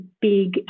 big